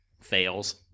fails